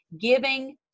giving